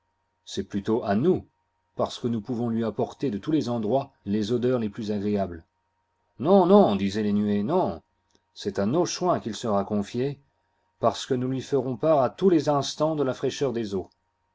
c'est plutôt à nous parce que nous pouvons lui apporter de tous les endroits les odeurs les plus agréables non non disoient les nuées non c'est à nos soins qu'il sera confié parce que nous lui ferons part à tous les instants de la fraîcheur des eaux